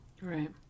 Right